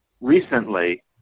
recently